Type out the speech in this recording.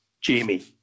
Jamie